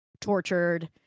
tortured